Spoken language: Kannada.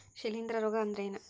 ಶಿಲೇಂಧ್ರ ರೋಗಾ ಅಂದ್ರ ಏನ್?